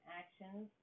actions